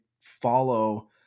follow